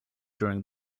during